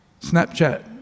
Snapchat